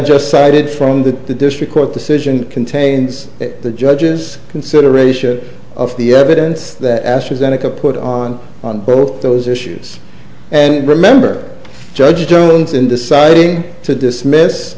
just cited from the the district court decision contains the judge's consideration of the evidence that astra zeneca put on on both those issues and remember judge jones in deciding to dismiss